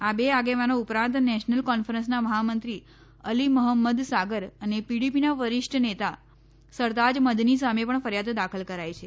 આ બે આગેવાનો ઉપ રાંત નેશનલ કોન્ફરન્સના મહામંત્રી અલી મહંમદ સાગર અને ીડી ીના વરિષ્ઠ નેતા સરતા મદની સામે ણ ફરિયાદ દાખલ કરાઇ છે